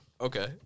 Okay